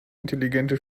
intelligente